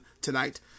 tonight